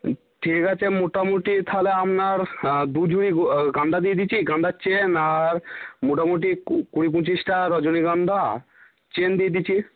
ঠিক আছে মোটামুটি তাহলে আপনার দুঝুড়ি গাঁদা দিয়ে দিচ্ছি গাঁদার চেন আর মোটামুটি কু কুড়ি পঁচিশটা রজনীগন্ধা চেন দিয়ে দিচ্ছি